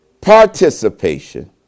participation